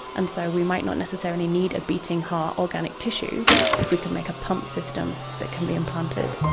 and so we might not necessarily need a beating-heart organic tissue if we can make a pump system that can be implanted.